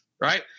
right